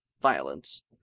violence